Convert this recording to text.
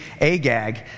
Agag